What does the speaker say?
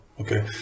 Okay